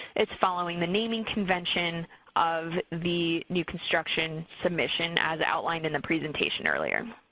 it's following the naming convention of the new construction submission as outlined in the presentation earlier.